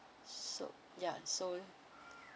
so yeah so